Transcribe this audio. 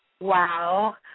wow